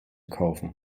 kaufen